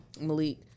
Malik